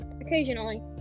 Occasionally